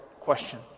question